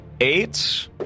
Eight